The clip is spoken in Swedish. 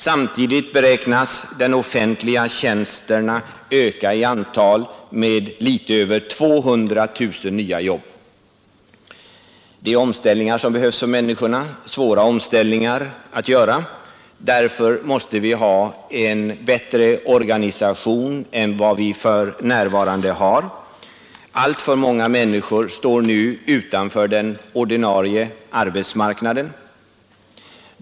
Samtidigt beräknas de offentliga tjänsterna öka i antal med litet över 200 000 nya jobb. Det är omställningar som behövs för människorna, svåra omställningar att göra. Därför måste vi ha en bättre organisation än vi för närvarande har. Alltför många människor står nu utanför den ordinarie arbetsmarknaden.